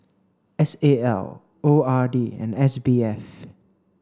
S A L O R D and S B F